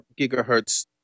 gigahertz